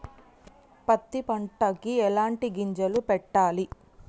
పత్తి పంటకి ఎలాంటి గింజలు పెట్టాలి?